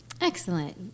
Excellent